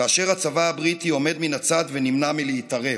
והצבא הבריטי עומד מן הצד ונמנע מלהתערב.